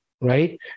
right